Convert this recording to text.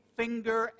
finger